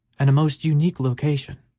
and a most unique location.